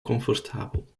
comfortabel